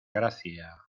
gracia